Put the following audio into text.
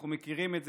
אנחנו מכירים את זה,